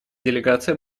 делегация